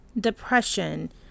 depression